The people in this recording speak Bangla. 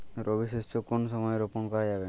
রবি শস্য কোন সময় রোপন করা যাবে?